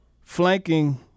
flanking